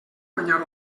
guanyar